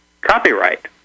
copyright